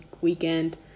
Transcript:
weekend